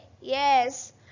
Yes